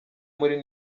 muri